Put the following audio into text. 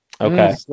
Okay